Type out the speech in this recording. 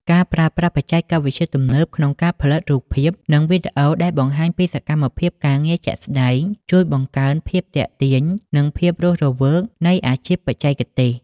ការប្រើប្រាស់បច្ចេកវិទ្យាទំនើបក្នុងការផលិតរូបភាព និងវីដេអូដែលបង្ហាញពីសកម្មភាពការងារជាក់ស្ដែង ជួយបង្កើនភាពទាក់ទាញ និងភាពរស់រវើកនៃអាជីពបច្ចេកទេស។